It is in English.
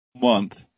month